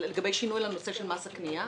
שינוי בנושא מס הקנייה?